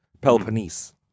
Peloponnese